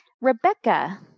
Rebecca